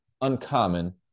uncommon